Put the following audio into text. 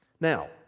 Now